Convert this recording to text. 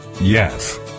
yes